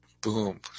boom